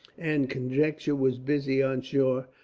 and conjecture was busy on shore,